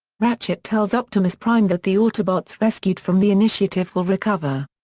ratchet tells optimus prime that the autobots rescued from the initiative will recover.